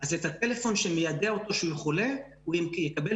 את הטלפון שמיידע אותו שהוא חולה הוא יקבל